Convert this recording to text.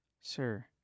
Sir